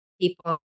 people